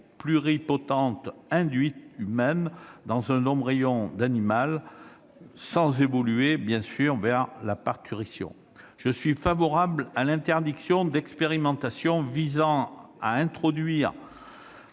pluripotentes induites humaines dans un embryon d'animal, sans évoluer, bien sûr, vers la parturition. Je suis favorable à l'interdiction d'expérimentations visant à introduire